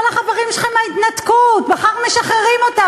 כל החברים שלכם מההתנתקות, מחר משחררים אותם.